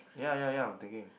ya ya ya I'm thinking